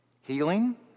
Healing